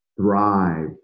thrive